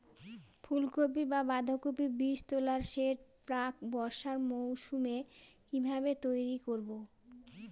ফুলকপি বা বাঁধাকপির বীজতলার সেট প্রাক বর্ষার মৌসুমে কিভাবে তৈরি করব?